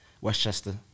Westchester